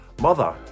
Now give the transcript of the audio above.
mother